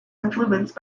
influenced